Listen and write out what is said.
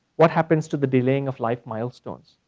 what happens to the delaying of life milestones?